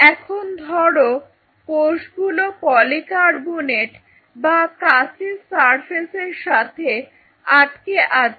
এখন ধরো কোষগুলো পলিকার্বনেট বা কাঁচের সারফেস এর সাথে আটকে আছে